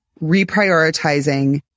reprioritizing